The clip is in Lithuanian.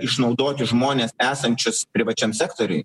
išnaudoti žmones esančius privačiam sektoriuj